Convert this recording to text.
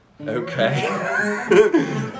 Okay